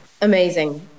Amazing